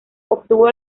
obtuvo